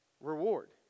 Reward